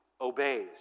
obeys